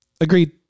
Agreed